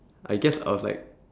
I guess I was like